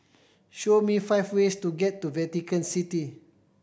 show me five ways to get to Vatican City